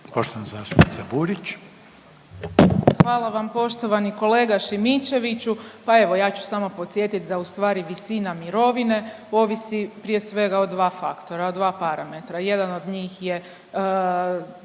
Poštovana zastupnica Burić.